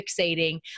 fixating